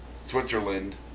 Switzerland